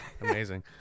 Amazing